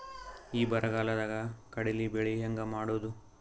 ಈ ಬರಗಾಲದಾಗ ಕಡಲಿ ಬೆಳಿ ಹೆಂಗ ಮಾಡೊದು?